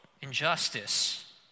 injustice